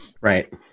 right